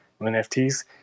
NFTs